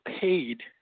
paid